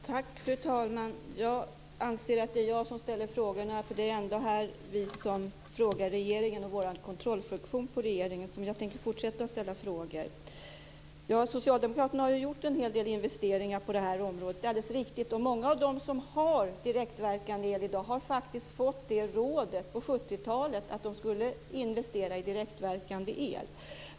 Tack fru talman! Jag anser att det är jag som ställer frågorna. Det är vi som ställer frågorna. Det är vår kontrollfunktion på regeringen, så jag tänker fortsätta att ställa frågor. Socialdemokraterna har ju gjort en hel del investeringar på det här området. Det är alldeles riktigt. Många av dem som har direktverkande el i dag har faktiskt på 1970-talet fått rådet att de skulle investera i direktverkande el.